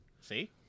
See